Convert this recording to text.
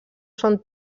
són